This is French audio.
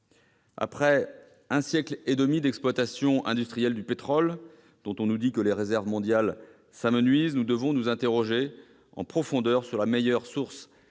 Après un siècle et demi d'exploitation industrielle du pétrole, dont on nous dit que les réserves mondiales s'amenuisent, nous devons nous interroger en profondeur : quelle est la meilleure source